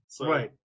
Right